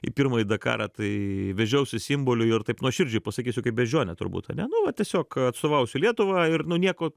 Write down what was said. į pirmąjį dakarą tai vežiausi simbolių ir taip nuoširdžiai pasakysiu kaip beždžionė turbūt ane nu vat tiesiog atstovausiu lietuvą ir nieko